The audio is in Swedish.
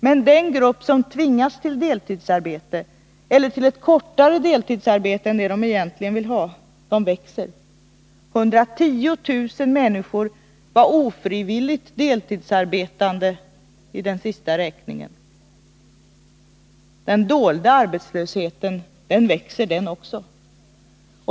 Men den grupp som tvingas till deltidsarbete eller till ett kortare deltidsarbete än de egentligen skulle vilja ha växer. 110000 människor var ofrivilligt deltidsarbetande i den senaste räkningen. Den dolda arbetslösheten växer också.